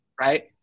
right